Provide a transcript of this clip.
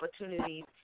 opportunities